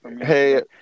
Hey